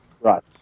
Right